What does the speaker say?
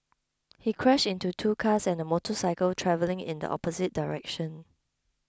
he crashed into two cars and a motorcycle travelling in the opposite direction